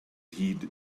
heed